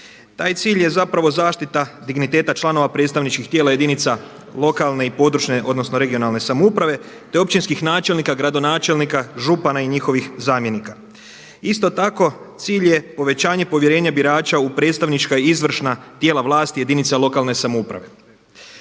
Taj cilj je zapravo zaštita digniteta članova predstavničkih tijela jedinice lokalne (regionalne) i područne samouprave te općinskih načelnika, gradonačelnika, župana i njihovih zamjenika. Isto tako cilj je povećanje povjerenja birača u predstavnička i izvršna tijela vlasti jedinica lokalne samouprave.